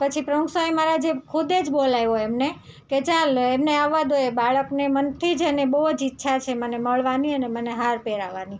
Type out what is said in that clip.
પછી પ્રમુખ સ્વામી મહારાજે ખુદે જ બોલાવ્યો એમને કે ચાલ એમને આવવા દો એ બાળકને મનથી જ એને બહુ જ ઈચ્છા છે મને મળવાની અને મને હાર પહેરાવવાની